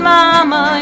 mama